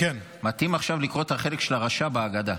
מתאים עכשיו לקרוא את החלק של הרשע בהגדה.